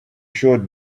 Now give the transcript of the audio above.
showed